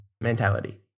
mentality